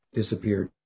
disappeared